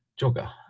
Jogger